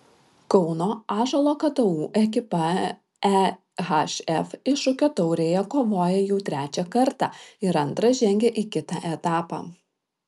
kauno ąžuolo ktu ekipa ehf iššūkio taurėje kovoja jau trečią kartą ir antrą žengė į kitą etapą